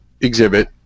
exhibit